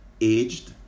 aged